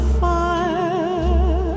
fire